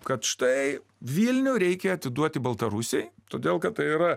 kad štai vilnių reikia atiduoti baltarusijai todėl kad tai yra